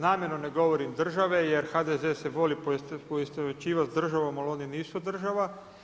Namjerno ne govorim države jer HDZ-e se voli poistovjećivati sa državom, ali oni nisu država.